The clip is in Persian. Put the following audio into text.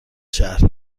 شهر